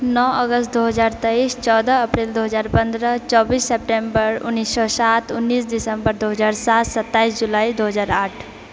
नओ अगस्त दो हजार तेइस चौदह अप्रिल दू हजार पन्द्रह चौबीस सेप्टेम्बर उन्नैस सए सात उन्नैस दिसम्बर दू हजार सात सत्ताइस जुलाइ दू हजार आठ